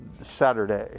saturday